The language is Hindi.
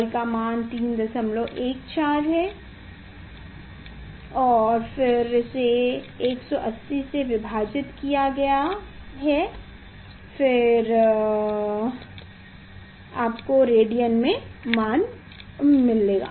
पाई का मान 314 है और 180 से विभाजित किया गया है फिर आपको रेडियन में मान मिलेगा